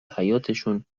حیاطشون